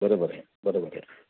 बरोबर आहे बरोबर आहे